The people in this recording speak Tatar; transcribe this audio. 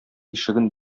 ишеген